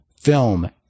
film